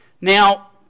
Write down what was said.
Now